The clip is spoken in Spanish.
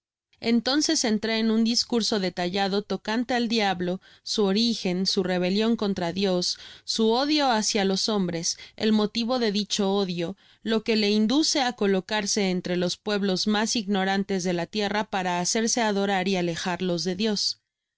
entonces entré en un discurso detallado tocante al diablo su origen su rebelion contra dios su odio hacia los hombres el motivo de dicho odio lo que le induce á colocarse entre os pueblos mas ignorantes de la tierra para hacerse adorar y alejarlos de dios